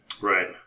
Right